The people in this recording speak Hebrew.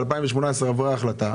ב-2018 עברה החלטה.